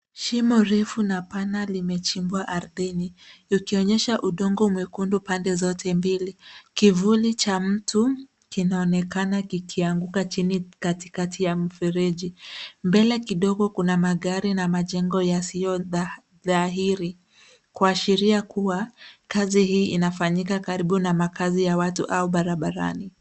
Shimo refu na pana limechimbwa ardhini ukionyesha udongo mwekundu pande zote mbili. Kivuli cha mtu kinaonekana kikianguka chini katikati ya mfereji. Mbele kidogo kuna magari na majengo yasiyodhahiri kuashiria kuwa kazi hii inafanyika karibu na makazi ya watu au barabarani.